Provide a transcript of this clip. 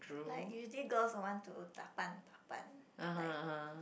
like usually girls will want to 打扮打扮 like